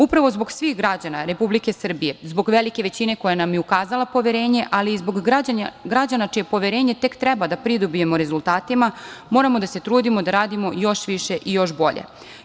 Upravo zbog svih građana Republike Srbije, zbog velike većine koja nam je ukazala poverenje, ali i zbog građana čije poverenje tek treba da pridobijemo rezultatima, moramo da se trudimo da radimo još više i još bolje.